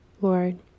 Lord